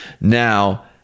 Now